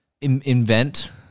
invent